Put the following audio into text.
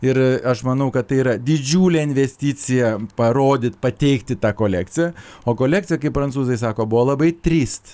ir aš manau kad tai yra didžiulė investicija parodyt pateikti tą kolekciją o kolekcija kaip prancūzai sako buvo labai tryst